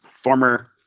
former